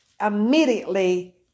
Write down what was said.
immediately